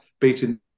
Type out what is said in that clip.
beating